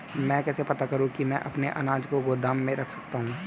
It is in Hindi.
मैं कैसे पता करूँ कि मैं अपने अनाज को गोदाम में रख सकता हूँ?